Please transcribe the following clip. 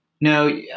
No